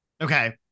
Okay